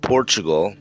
Portugal